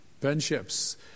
Friendships